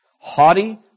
haughty